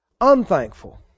unthankful